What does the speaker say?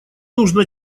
нужно